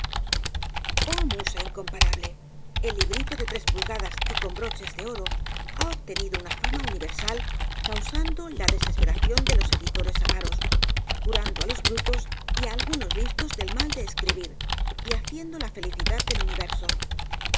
oh musa incomparable el librito de tres pulgadas y con broches de oro ha obtenido una fama universal causando la desesperación délos editores avaros curando á los brutos y á algunos listos del mal de escribir y haciendo la felicidad del universo